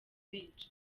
benshi